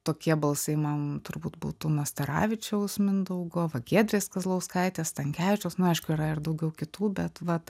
tokie balsai man turbūt būtų nastaravičiaus mindaugo va giedrės kazlauskaitės stankevičiaus na aišku yra ir daugiau kitų bet vat